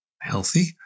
healthy